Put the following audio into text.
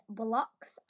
blocks